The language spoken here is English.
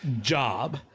job